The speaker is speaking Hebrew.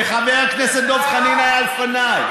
וחבר הכנסת דב חנין היה לפניי.